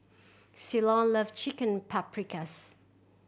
Ceylon love Chicken Paprikas